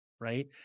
right